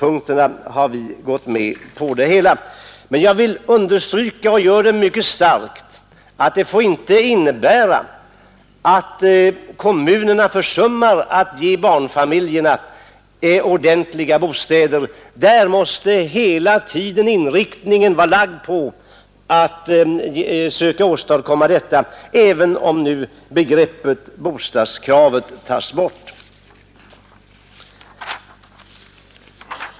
Därför har vi gått med på förslaget. Men jag vill understryka och gör det mycket starkt att det inte får innebära att kommunerna försummar att ge barnfamiljer ordentliga bostäder. Man måste hela tiden vara inriktad på det, även om bostadsvillkoret tas bort.